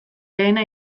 lehena